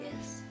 Yes